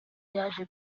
yaje